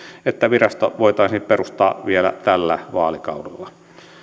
että virasto voitaisiin perustaa vielä tällä vaalikaudella